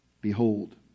Behold